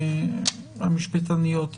המשפטניות,